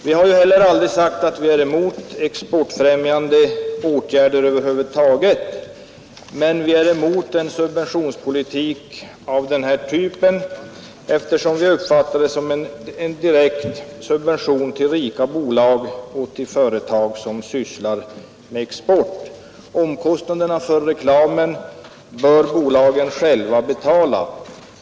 Vi har heller aldrig sagt att vi är emot exportfrämjande åtgärder över huvud taget, men vi är emot en subventionspolitik av den här typen, eftersom vi uppfattar dessa pengar som en direkt gåva till rika företag som sysslar med export. Omkostnaderna för reklamen bör bolagen själva betala.